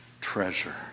treasure